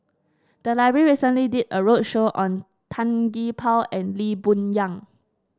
the library recently did a roadshow on Tan Gee Paw and Lee Boon Yang